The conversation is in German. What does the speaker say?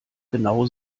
genau